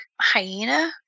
hyena